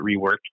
reworked